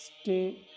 stay